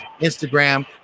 Instagram